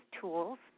tools